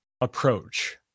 approach